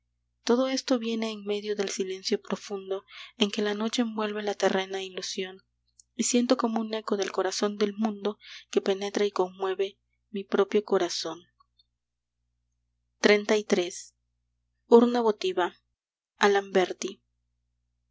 todo esto viene en medio del silencio profundo en que la noche envuelve la terrena ilusión y siento como un eco del corazón del mundo que penetra y conmueve mi propio corazón xxxiii urna votiva